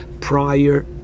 prior